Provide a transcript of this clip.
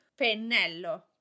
pennello